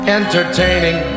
entertaining